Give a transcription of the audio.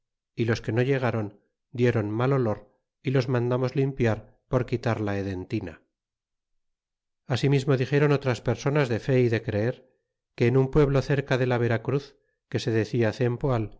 y los que no llegaron dieron mal olor y los mandamos limpiar por quitar la hedentina asimismo dixéron otras personas de fe y de creer que en un pueblo cerca de la vera cruz que se decia